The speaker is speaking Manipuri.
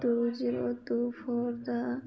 ꯇꯨ ꯖꯦꯔꯣ ꯇꯨ ꯐꯣꯔꯗ